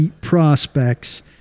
prospects